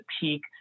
peak